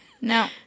No